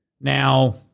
Now